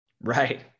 Right